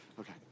Okay